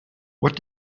what